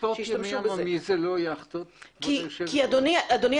למה ספורט ימי עממי זה לא יכטות?